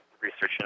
researching